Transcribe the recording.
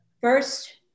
First